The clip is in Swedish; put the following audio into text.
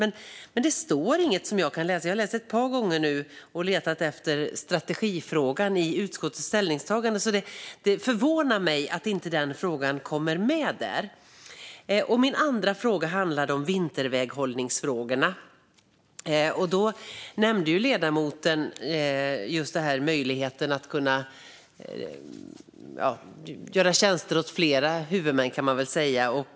Men jag har läst igenom betänkandet ett par gånger nu, och jag kan inte hitta något om strategifrågan i utskottets ställningstagande. Det förvånar mig att den frågan inte kommer med där. Min andra fråga handlar om vinterväghållning. Ledamoten nämnde möjligheten att göra tjänster åt flera huvudmän.